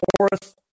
fourth